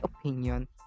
opinion